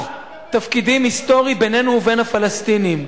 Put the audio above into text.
תפקידים היסטורי בינינו לבין הפלסטינים,